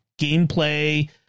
gameplay